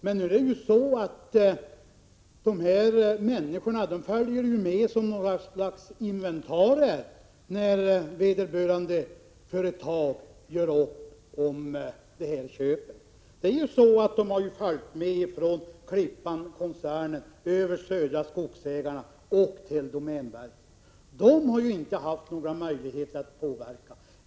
Men dessa människor följer ju med som något slags inventarier när vederbörande företag gör upp om köp. De här människorna har följt med från Klippankoncernen över Södra skogsägarna till domänverket. De har inte haft några möjligheter att påverka utvecklingen.